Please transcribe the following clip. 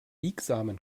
biegsamen